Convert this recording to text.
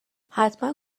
احتمالا